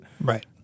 Right